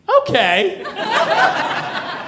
Okay